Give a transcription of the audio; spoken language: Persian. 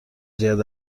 زیاد